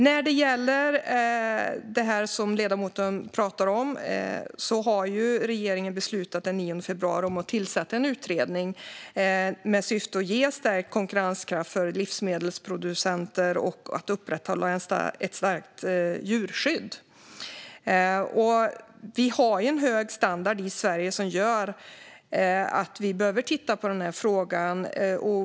När det gäller det som ledamoten pratar om beslutade regeringen den 9 februari att tillsätta en utredning med syfte att stärka konkurrenskraften för livsmedelsproducenter och upprätthålla ett starkt djurskydd. Vi har en hög standard i Sverige som gör att vi behöver titta på den här frågan.